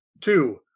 Two